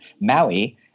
Maui